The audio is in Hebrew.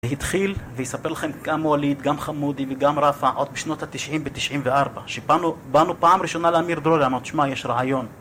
זה התחיל, ויספר לכם גם ואליד, גם חמודי וגם רפא, עוד בשנות התשעים בתשעים וארבע, שבאנו פעם ראשונה לאמיר דרודי אמרנו, שמע, יש רעיון